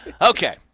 okay